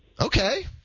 Okay